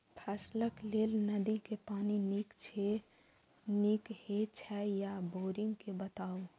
फसलक लेल नदी के पानी नीक हे छै या बोरिंग के बताऊ?